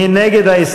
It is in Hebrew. מי נגד?